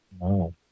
No